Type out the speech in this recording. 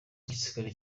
igisirikare